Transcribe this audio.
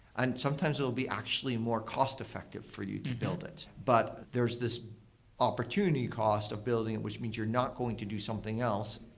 and sometimes it will be actually more cost effective for you to build it. but there's this opportunity cost of building it, and which means you're not going to do something else,